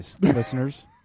listeners